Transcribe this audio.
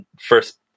first